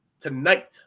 tonight